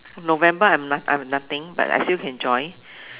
November I have not~ I have nothing but I still can join